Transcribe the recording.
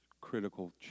critical